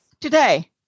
today